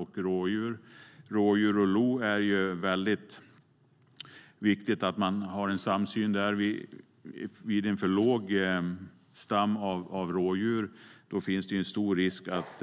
När det gäller rådjur och lo är det väldigt viktigt att man har en samsyn. Vid en för liten rådjursstam finns det en stor risk att